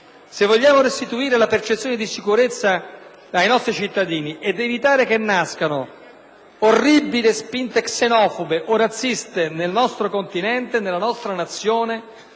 Se vogliamo restituire la percezione della sicurezza ai nostri cittadini ed evitare che nascano orribili spinte xenofobe o razziste nel nostro continente e nella nostra Nazione,